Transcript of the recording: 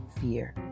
fear